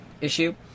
issue